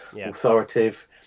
authoritative